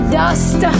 dust